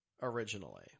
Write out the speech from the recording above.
originally